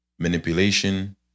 manipulation